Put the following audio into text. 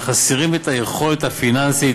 החסרים את היכולת הפיננסית